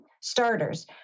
starters